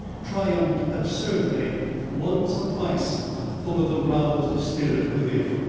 triumphed absurdly once or twice over the roused spirit within.